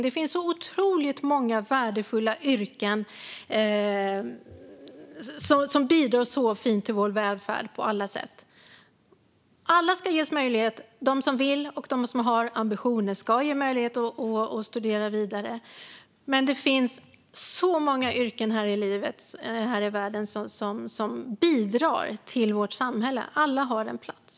Det finns så otroligt många värdefulla yrken som bidrar så fint till vår välfärd. De som vill och har ambitioner ska ges möjlighet att studera vidare, men det finns så många yrken här i världen som bidrar till vårt samhälle. Alla har en plats.